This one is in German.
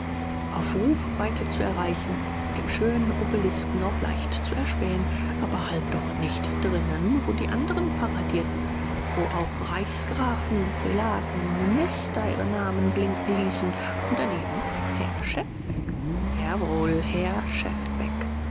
auf rufweite zu erreichen mit dem schönen obelisken auch leicht zu erspähen aber halt doch nicht drinnen wo die anderen paradierten wo auch reichsgrafen prälaten minister ihre namen blinken ließen und daneben herr schefbeck jawohl herr